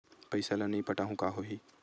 पईसा ल नई पटाहूँ का होही?